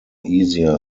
easier